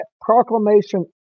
proclamation